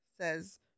says